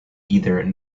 either